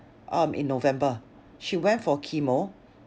um in november she went for chemo